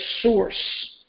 source